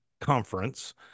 conference